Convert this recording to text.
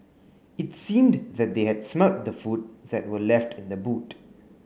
its seemed that they had smelt the food that were left in the boot